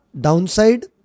downside